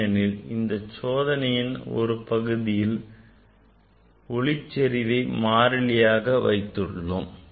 ஏனெனில் இந்த சோதனையின் ஒரு பகுதியில் ஒளி செறிவை மாறிலியாக வைத்துள்ளோம்